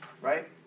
Right